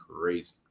crazy